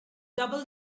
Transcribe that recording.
double